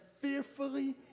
fearfully